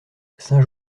saint